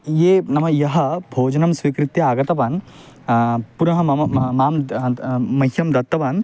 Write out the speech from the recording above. ये नाम यः भोजनं स्वीकृत्य आगतवान् पुरः मम मां मह्यं दत्तवान्